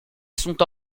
sont